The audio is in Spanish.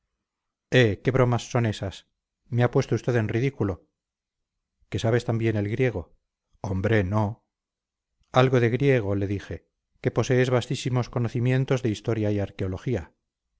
qué bromas son ésas me ha puesto usted en ridículo que sabes también el griego hombre no algo de griego le dije que posees vastísimo conocimientos en historia y arqueología